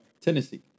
Tennessee